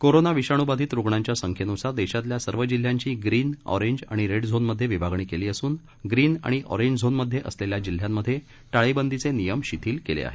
corona विषाणू बाधित रूग्णांच्या संख्येनुसार देशातल्या सर्व जिल्ह्यांची ग्रीन ऑरेंज आणि रेड झोन मध्ये विभागणी केली असून ग्रीन आणि ऑरेंज झोनमध्ये असलेल्या जिल्ह्यांमध्ये टाळेबंदीचे नियम शिथिल केले आहेत